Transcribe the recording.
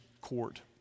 court